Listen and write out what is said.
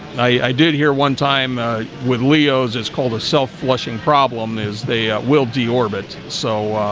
i did hear one time with leo's it's called a self flushing problem is they will do orbit so?